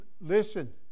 listen